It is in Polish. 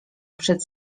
przed